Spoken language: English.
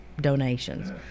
donations